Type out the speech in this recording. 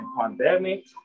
pandemic